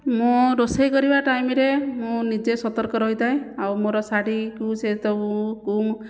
ମୁଁ ରୋଷେଇ କରିବା ଟାଇମ ରେ ମୁଁ ନିଜେ ସତର୍କ ରହିଥାଏ ଆଉ ମୋର ଶାଢ଼ୀକୁ ସେ ତ ଉ କୁ